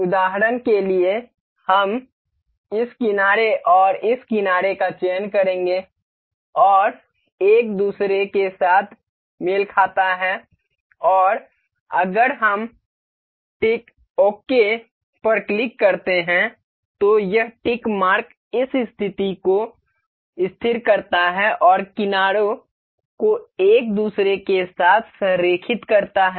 उदाहरण के लिए हम इस किनारे और इस किनारे का चयन करेंगे यह एक दूसरे के साथ मेल खाता है और अगर हम टिक ओके पर क्लिक करते हैं तो यह टिक मार्क इस स्थिति को स्थिर करता है और किनारों को एक दूसरे के साथ संरेखित करता है